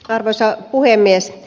arvoisa puhemies